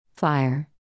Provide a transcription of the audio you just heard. Fire